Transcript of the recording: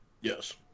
Yes